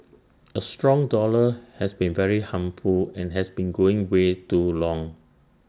A strong dollar has been very harmful and has been going way too long